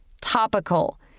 Topical